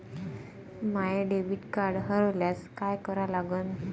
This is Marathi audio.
माय डेबिट कार्ड हरोल्यास काय करा लागन?